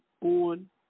on